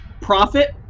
profit